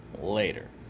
later